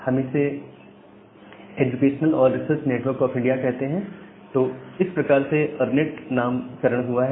हम इन्हें एजुकेशनल और रिसर्च नेटवर्क ऑफ इंडिया कहते हैं तो इस प्रकार से यह अरनेट नाम करण हुआ है